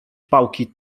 pałki